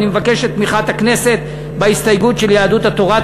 ואני מבקש את תמיכת הכנסת בהסתייגות של יהדות התורה.